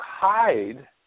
hide